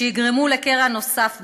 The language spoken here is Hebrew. שיגרום לקרע נוסף בעם.